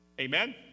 Amen